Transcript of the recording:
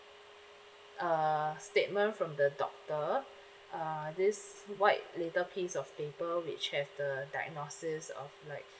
a statement from the doctor uh this white little piece of paper which has the diagnosis of like